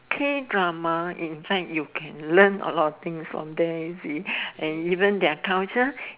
K drama inside you can learn a lot things from there you see and even their culture